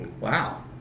Wow